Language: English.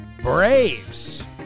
Braves